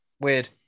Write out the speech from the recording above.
Weird